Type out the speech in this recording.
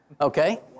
Okay